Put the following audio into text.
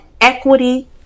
equity